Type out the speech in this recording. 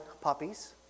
puppies